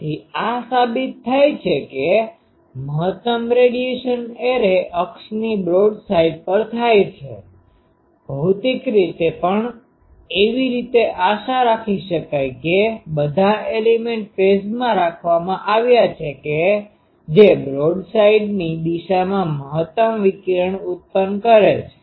તેથી આ સાબિત થાય છે કે મહતમ રેડીયેશનradiationવિકિરણ એરે અક્ષની બ્રોડસાઈડ પર થાય છે ભૌતિક રીતે પણ એવી આશા રાખી શકાઈ કે બધા એલીમેન્ટ ફેઝમાં રાખવામાં આવ્યા છે કે જે બ્રોડસાઈડની દિશામાં મહત્તમ વિકિરણ ઉત્પન્ન કરે છે